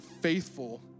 faithful